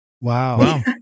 Wow